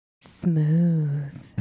smooth